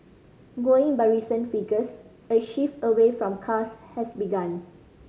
going by recent figures a shift away from cars has begun